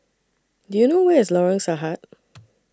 Do YOU know Where IS Lorong Sahad